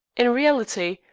in reality,